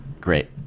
Great